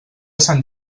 sant